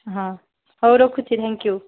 ହଁ ହଉ ରଖୁଛି ଥ୍ୟାଙ୍କ ୟୁ